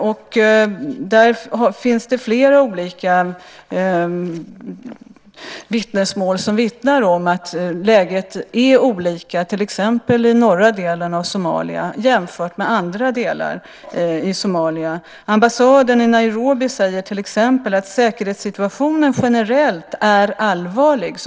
Det finns flera olika vittnesmål om att läget är skiftande, till exempel i norra delen av Somalia jämfört med andra delar i Somalia. Ambassaden i Nairobi säger till exempel att säkerhetssituationen generellt är allvarlig.